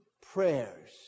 prayers